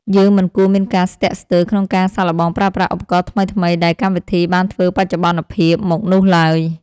យើងមិនគួរមានការស្ទាក់ស្ទើរក្នុងការសាកល្បងប្រើប្រាស់ឧបករណ៍ថ្មីៗដែលកម្មវិធីបានធ្វើបច្ចុប្បន្នភាពមកនោះឡើយ។